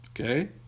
okay